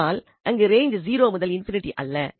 ஆனால் இங்கு ரேஞ்ச் 0 முதல் ∞ அல்ல